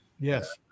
Yes